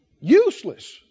Useless